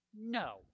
No